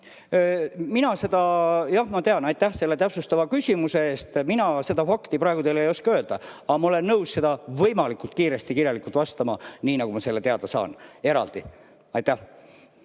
palun! Jah, ma tean. Aitäh selle täpsustava küsimuse eest! Mina seda fakti praegu teile ei oska öelda, aga ma olen nõus võimalikult kiiresti kirjalikult vastama, nii nagu ma selle teada saan, eraldi. Jah,